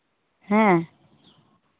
ᱦᱮᱸ